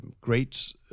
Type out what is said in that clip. great